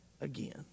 again